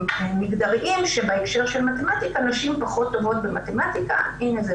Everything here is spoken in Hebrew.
מגדריים שבהקשר של מתמטיקה נשים פחות טובות במתמטיקה: הינה,